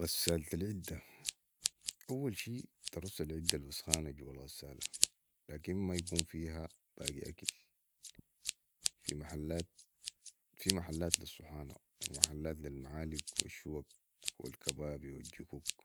غساله العده اول شي ترص العده الوسخانه جوه الغساله لكن مايكون فيها باقي اكل في محلات في محلات لي الصحانه ومحلات لي المعالق والشوك والكابابي والجكوك